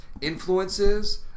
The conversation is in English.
influences